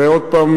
ועוד פעם,